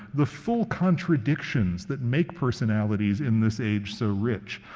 the full contradictions that make personalities in this age so rich.